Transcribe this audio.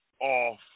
off